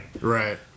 right